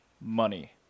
money